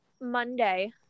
Monday